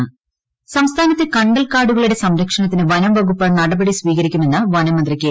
രാജു സംസ്ഥാനത്തെ കണ്ടൽക്കാടുകളുടെ സംരക്ഷണത്തിന് വനംവകൂപ്പ് നടപടി സ്വീകരിക്കുമെന്ന് വനംമന്ത്രി കെ